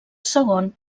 segon